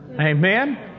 Amen